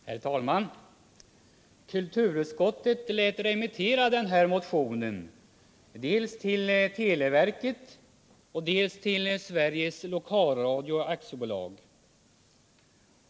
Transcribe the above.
Herr talman! Kulturutskottet lät remittera den här motionen dels till televerket, dels till SLAB, Sveriges Lokalradio AB.